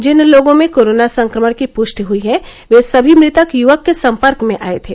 जिन लोगों में कोरोना संक्रमण की पुष्टि हुई है वे सभी मृतक युवक के संपर्क में आए थे